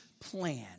plan